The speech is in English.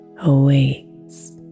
awaits